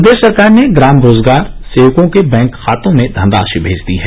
प्रदेश सरकार ने ग्राम रोजगार सेवकों के बैंक खातों में धनराशि भेज दी है